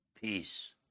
peace